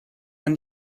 ein